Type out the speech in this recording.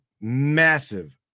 massive